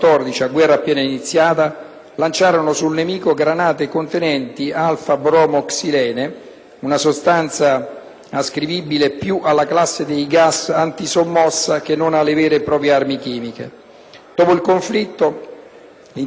ascrivibile più alla classe dei gas antisommossa, che non alle vere e proprie armi chimiche. Dopo il conflitto, l'intera comunità mondiale rimase profondamente segnata dalle crudeltà perpetrate in quella che venne definita sopratutto una guerra di trincea.